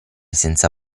senza